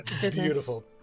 Beautiful